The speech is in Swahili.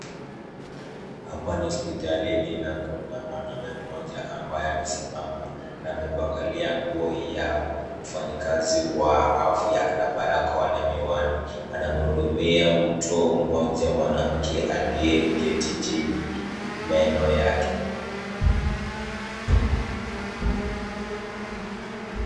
Hapa ni hosipitalini na kuna mwanaume mmoja ambaye amesimama na amevalia nguo ya mfanyikazi wa afya na barakoa na miwani, anamuhudumia mtu mmoja mwanamke aliyeketi chini, meno yake.